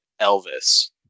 Elvis